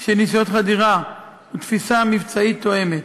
על ניסיונות חדירה ותפיסה מבצעית תואמת.